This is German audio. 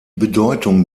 bedeutung